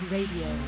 Radio